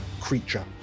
creature